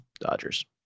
Dodgers